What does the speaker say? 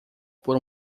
por